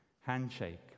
handshake